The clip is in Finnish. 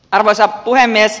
arvoisa puhemies